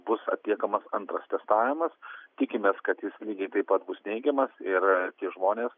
bus atliekamas antras testavimas tikimės kad jis lygiai taip pat bus neigiamas ir tie žmonės